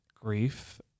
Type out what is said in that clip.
grief